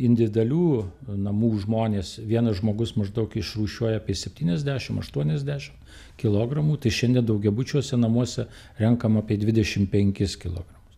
individualių namų žmonės vienas žmogus maždaug išrūšiuoja apie septyniasdešim aštuoniasdešim kilogramų tai šiandien daugiabučiuose namuose renkam apie dvidešim penkis kilogramus